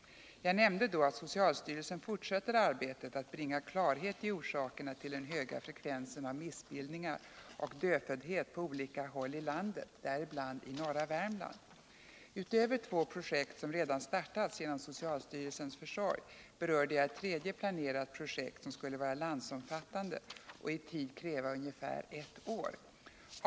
Jag nämnde då att socialstyrelsen fortsätter arbetet att bringa klarhet i orsakerna till den höga frekvensen av missbildningar och dödföddhet på olika håll i landet, däribland i norra Värmland. Utöver två projekt, som redan startats genom socialstyrelsens försorg, berörde jag ett tredje planerat projekt som skulle vara landsomfattande och i tid kräva ungefär ett år.